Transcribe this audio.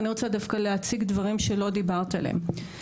אני רוצה דווקא להציג דברים שלא דיברת עליהם.